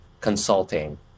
consulting